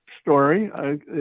story